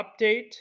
update